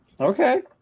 Okay